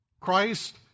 Christ